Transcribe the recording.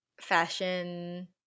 fashion